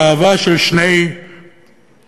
אהבה של שני טועים,